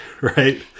right